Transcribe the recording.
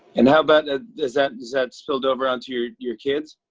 and how about has that that spilled over onto your kids?